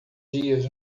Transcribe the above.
dias